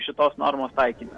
šitos normos taikyme